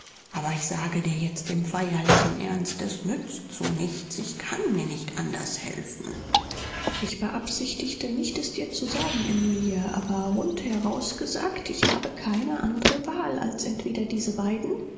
aber ich versichere dir heilig daß es nichts nützt ich kann mir nicht anders helfen es war nicht meine absicht dir dies zu sagen aber um die reine wahrheit zu gestehen es bleibt mir keine andere wahl als entweder diese beiden